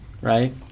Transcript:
right